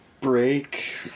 break